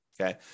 okay